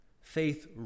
faith